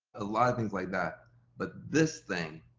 a lot of things like that but this thing